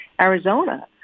Arizona